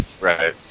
Right